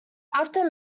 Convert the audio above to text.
after